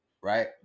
right